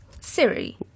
Siri